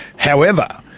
however,